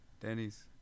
Denny's